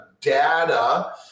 data